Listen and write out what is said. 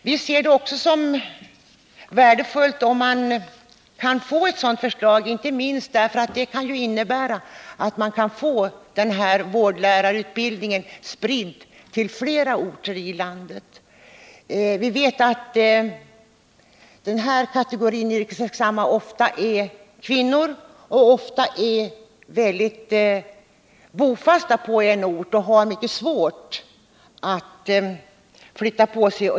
Vi ser det som värdefullt att få ett sådant förslag, inte minst därför att det innebär att man kan få vårdlärarutbildningen spridd till flera orter i landet. Vi vet att yrkesverksamma inom sjukvården ofta är kvinnor som är hårt bundna till en ort och har svårt att flytta.